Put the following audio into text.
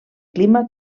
clima